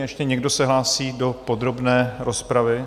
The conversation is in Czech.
Ještě někdo se hlásí do podrobné rozpravy?